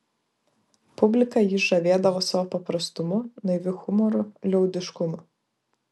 publiką jis žavėdavo savo paprastumu naiviu humoru liaudiškumu